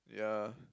yeah